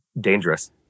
dangerous